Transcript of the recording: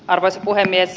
arvoisa puhemies